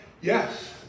Yes